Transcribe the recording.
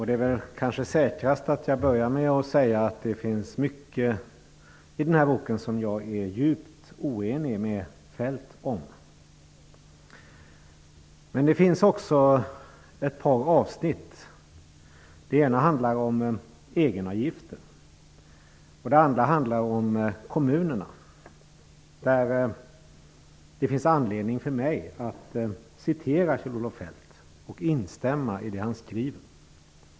Det är kanske säkrast att jag börjar med att säga att det finns mycket i denna bok som jag är djupt oenig med Feldt om. Men det finns också ett par avsnitt -- det ena handlar om egenavgiften, och det andra handlar om kommunerna -- där det finns anledning för mig att citera Kjell-Olof Feldt och instämma i det han skriver.